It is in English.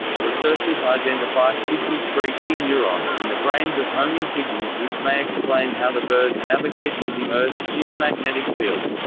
researchers identify fifty three key neurons in the brains of homing pigeons which may explain how the birds navigate using earth's geomagnetic field.